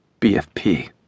BFP